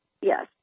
Yes